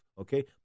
Okay